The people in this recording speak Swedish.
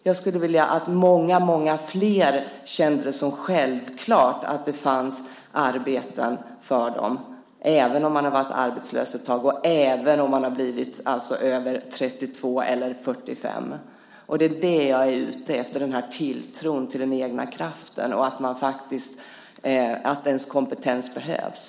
Jag skulle vilja att många, många flera kände det som självklart att det finns arbeten för dem, även om de har varit arbetslösa ett tag och även om de har blivit över 32 eller 45 år. Det som jag är ute efter är tilltron till den egna kraften och att ens kompetens behövs.